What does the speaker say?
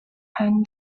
хойно